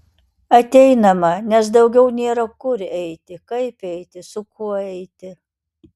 ateinama nes daugiau nėra kur eiti kaip eiti su kuo eiti